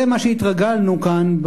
זה מה שהתרגלנו כאן,